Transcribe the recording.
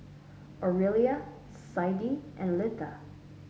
Orelia Siddie and Litha